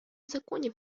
законів